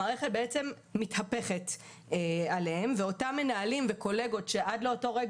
המערכת בעצם מתהפכת עליהם ואותם מנהלים וקולגות שעד לאותו רגע